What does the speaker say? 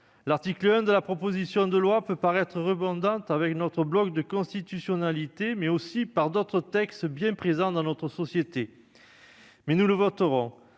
L'article 1 de la proposition de loi peut paraître redondant avec notre bloc de constitutionnalité, mais aussi avec d'autres textes bien présents dans notre société, mais nous le voterons.